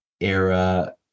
era